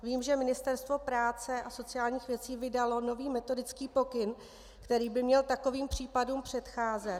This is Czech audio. Vím, že Ministerstvo práce a sociálních věcí vydalo nový metodický pokyn, který by měl takovým případům předcházet.